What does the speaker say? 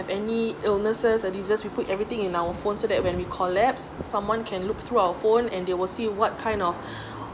any illnesses and disease we put everything in our phone so that when we collapse someone can look through our phone and they will see what kind of